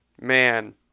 man